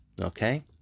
Okay